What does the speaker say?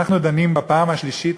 אנחנו דנים בפעם השלישית,